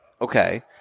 Okay